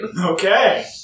Okay